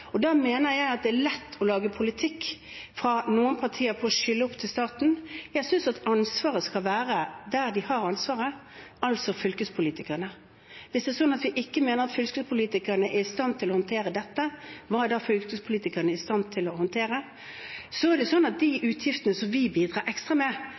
Da mener jeg det er lett for noen partier å lage politikk ved å skylde på staten. Jeg synes ansvaret skal være der de har ansvaret, altså hos fylkespolitikerne. Hvis det er sånn at vi mener at fylkespolitikerne ikke er i stand til å håndtere dette, hva er da fylkespolitikerne i stand til å håndtere? De utgiftene som vi bidrar ekstra med,